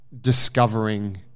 discovering